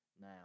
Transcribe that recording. Now